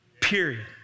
period